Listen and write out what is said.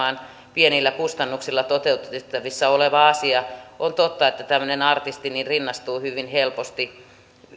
pienillä kustannuksilla toteutettavissa oleva asia on totta että tämmöinen artisti rinnastuu hyvin helposti